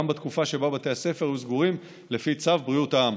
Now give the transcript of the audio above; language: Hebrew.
בתקופה שבה בתי הספר היו סגורים לפי צו בריאות העם.